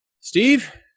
Steve